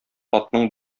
атның